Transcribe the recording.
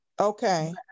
Okay